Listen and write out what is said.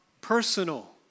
personal